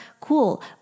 cool